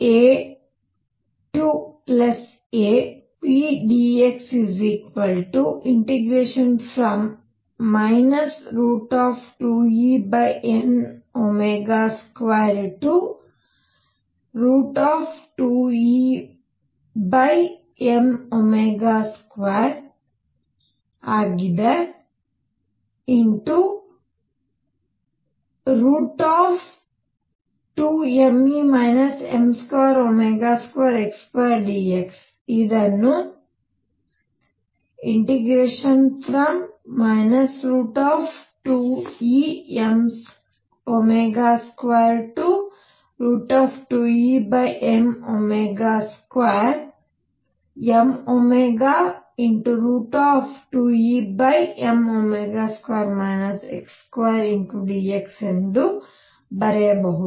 AApdx 2Em22Em22mE m22x2 dx ಇದನ್ನು 2Em22Em2mω2Em2 x2dx ಎಂದು ಬರೆಯಬಹುದು